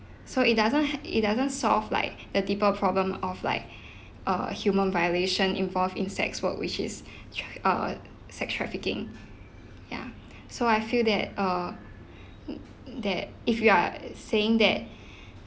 so it doesn't uh it doesn't solve like the deeper problem of like uh human violation involved in sex work which is tra~ uh sex trafficking ya so I feel that uh that if you are saying that